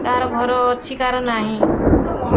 କାହାର ଘର ଅଛି କାହାର ନାହିଁ